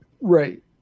Right